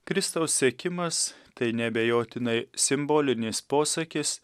kristaus sekimas tai neabejotinai simbolinis posakis